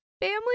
family